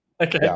Okay